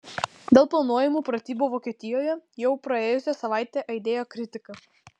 dėl planuojamų pratybų vokietijoje jau praėjusią savaitę aidėjo kritika